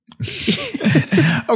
Okay